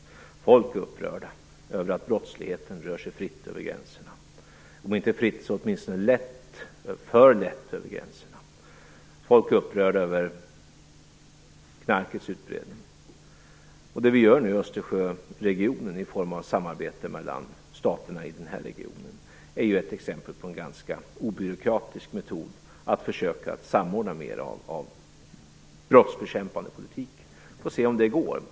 Människor är upprörda över att brottsligheten rör sig om inte fritt så åtminstone lätt - för lätt - över gränserna. Människor är upprörda över knarkets utbredning. Det vi gör nu i fråga om samarbete mellan staterna i Östersjöregionen är ett exempel på en ganska obyråkratisk metod att försöka samordna brottsbekämpande politik. Vi får se om det går.